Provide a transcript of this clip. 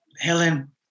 Helen